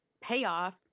payoff